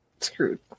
screwed